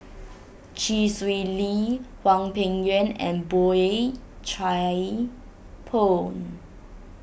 Chee Swee Lee Hwang Peng Yuan and Boey Chuan Poh